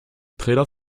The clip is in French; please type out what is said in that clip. trélat